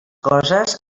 coses